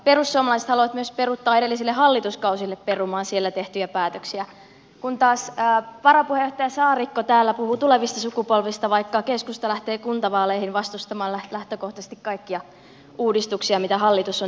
perussuomalaiset haluavat myös peruuttaa edellisille hallituskausille perumaan siellä tehtyjä päätöksiä kun taas varapuheenjohtaja saarikko täällä puhui tulevista sukupolvista vaikka keskusta lähtee kuntavaaleihin vastustamalla lähtökohtaisesti kaikkia uudistuksia mitä hallitus on tekemässä